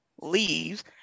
leaves